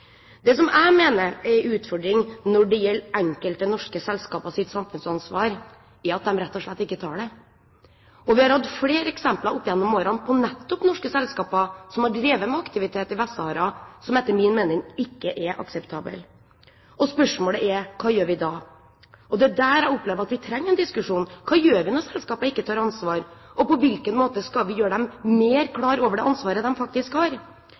Det som jeg mener er en utfordring når det gjelder enkelte norske selskapers samfunnsansvar, er at de rett og slett ikke tar det. Vi har hatt flere eksempler opp gjennom årene på nettopp norske selskaper som har drevet med aktivitet i Vest-Sahara som etter min mening ikke er akseptabel. Og spørsmålet er: Hva gjør vi da? Det er her jeg opplever at vi trenger en diskusjon. Hva gjør vi når selskapene ikke tar ansvar? Og på hvilken måte skal vi gjøre dem mer klar over det ansvaret de faktisk har?